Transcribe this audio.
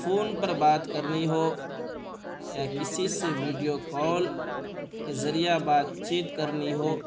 phone پر بات کرنی ہو یا کسی سے ویڈیو کال کے ذریعہ بات چیت کرنی ہو